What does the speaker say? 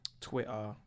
Twitter